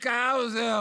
צביקה האוזר